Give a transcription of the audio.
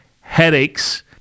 headaches